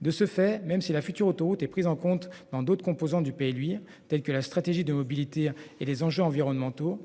De ce fait, même si la future autoroute est prise en compte dans d'autres composants du pays lui telle que la stratégie de mobilité et les enjeux environnementaux